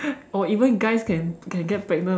or even guys can can get pregnant also